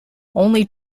only